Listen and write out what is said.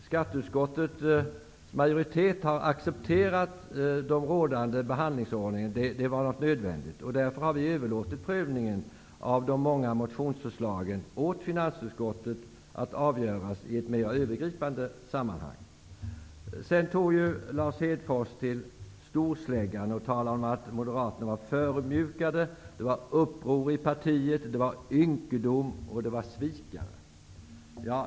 Skatteutskottets majoritet har accepterat den rådande behandlingsordningen eftersom den var nödvändig och har överlåtit prövningen av de många motionsförslagen åt finansutskottet att avgöras i ett mer övergripande sammanhang. Lars Hedfors tog till storsläggan och talade om att Moderaterna var förödmjukade. Det var uppror i partiet, det var ynkedom och vi var svikare.